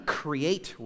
create